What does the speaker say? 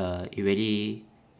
uh it really